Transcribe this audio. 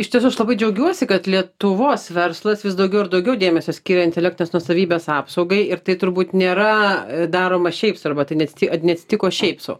iš tiesų aš labai džiaugiuosi kad lietuvos verslas vis daugiau ir daugiau dėmesio skiria intelektinės nuosavybės apsaugai ir tai turbūt nėra daroma šiaip sau arba tai neatsiti neatsitiko šiaip sau